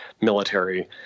military